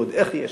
ועוד איך יש,